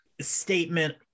statement